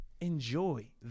enjoy